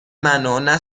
منو، نه